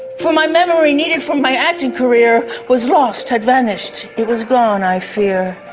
for my memory needed for my acting career was lost, had vanished, it was gone i fear.